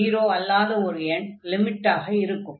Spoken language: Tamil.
அதாவது 0 அல்லாத ஒரு எண் லிமிட்டாக இருக்கும்